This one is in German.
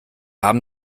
haben